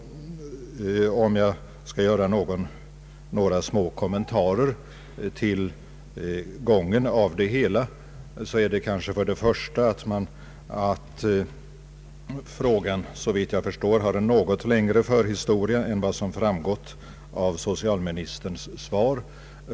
Jag skall göra några små kommentarer till gången av det hela. För det första har frågan, såvitt jag förstår, en något längre förhistoria än vad som framgått av socialministerns svar.